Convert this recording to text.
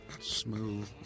smooth